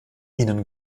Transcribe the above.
ihnen